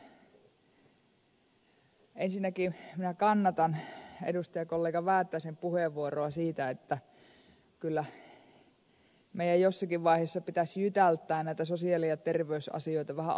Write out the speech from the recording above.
ensinnäkin minä kannatan edustajakollega väätäisen puheenvuoroa siitä että kyllä meidän jossakin vaiheessa pitäisi jytältää näitä sosiaali ja terveysasioita vähän aikaisemminkin